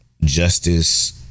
justice